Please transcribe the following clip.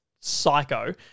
psycho